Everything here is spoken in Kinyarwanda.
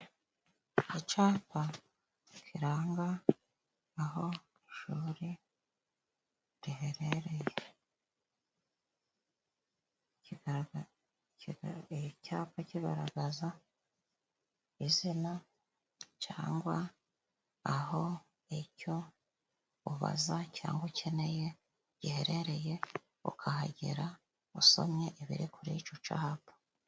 Icyapa kiranga aho ishuri riherereye, icyi icyapa kigaragaza izina cangwa aho icyo ubaza cyangwa ukeneye giherereye, ukahagera usomye ibiri kuri ico capa.